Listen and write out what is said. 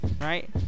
right